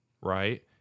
right